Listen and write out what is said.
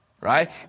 Right